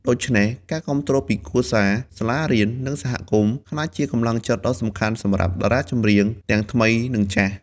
ដូច្នេះ ការគាំទ្រពីគ្រួសារ សាលារៀន និងសហគមន៍ក្លាយជាកម្លាំងចិត្តដ៏សំខាន់សម្រាប់តារាចម្រៀងទាំងថ្មីនិងចាស់។